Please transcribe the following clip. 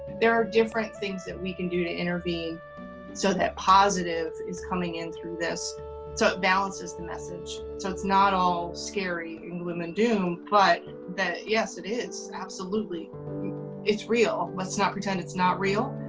there are different things that we can do to intervene so that positive is coming in through this so it balances the message so it's not all scary and gloom and doom but that yes it is absolutely it's real. let's not pretend it's not real,